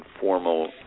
formal